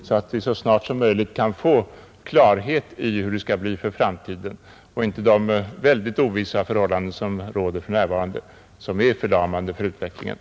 Vi behöver så snart som möjligt få klarhet i hur det skall bli för framtiden, så att inte de nuvarande ovissa förhållandena, som är förlamande för utvecklingen, fortsätter att råda.